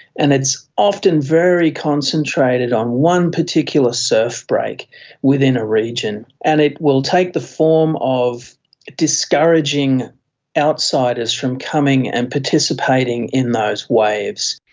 and it's often very concentrated on one particular surf break within a region, and it will take the form of discouraging outsiders from coming and participating in those waves.